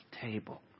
table